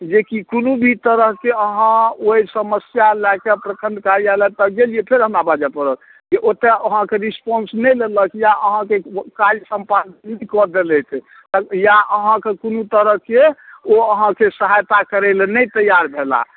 जेकि कोनो भी तरहके अहाँ ओहि समस्या लऽ कऽ प्रखण्ड कार्यालयपर गेलिए फेर हमरा बाजऽ पड़त तऽ ओतेक अहाँके रेस्पॉन्स नहि लेलक या अहाँके काज सम्पन्न नहि कऽ देलथि या अहाँके कोनो तरहके ओ अहाँके सहायता करैलए नहि तैआर भेलाह